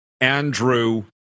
Andrew